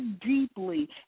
deeply